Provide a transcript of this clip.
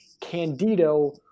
Candido